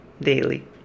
daily